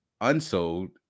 unsold